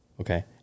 okay